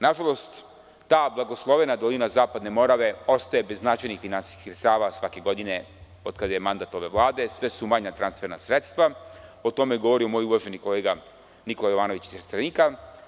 Nažalost, ta blagoslovena dolina zapadne Morave ostaje bez značajnih finansijskih sredstava svake godine, od kada je mandat ove Vlade, sve su manja sredstva, o tome je govorio moj uvaženi kolega Nikola Jovanović iz Trstenika.